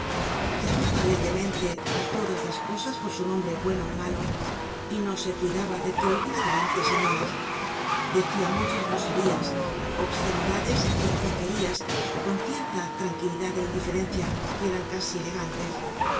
llamaba alegremente á todas las cosas por su nombre bueno ó malo y no se cuidaba de que hubiera delante señoras decia muchas groserías obscenidades y porquerías con cierta tranquilidad é indiferencia que eran casi elegantes